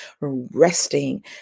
resting